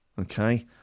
okay